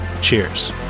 Cheers